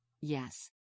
Yes